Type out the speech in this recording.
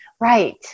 Right